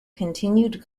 continued